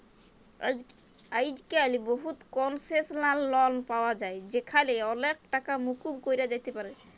আইজক্যাল বহুত কলসেসলাল লন পাওয়া যায় যেখালে অলেক টাকা মুকুব ক্যরা যাতে পারে